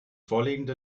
vorliegende